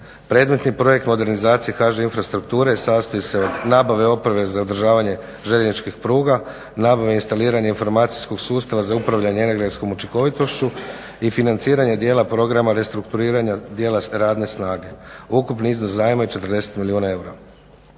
Predmetni projekt modernizacije HŽ Infrastrukture sastoji se od nabave opreme za održavanje željezničkih pruga, nabave, instaliranja informacijskog sustava za upravljanje energetskom učinkovitošću i financiranje dijela programa restrukturiranja dijela radne snage. Ukupni iznos zajma je 40 milijuna eura.